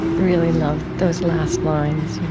really love those last lines you know